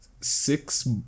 six